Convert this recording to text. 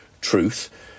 truth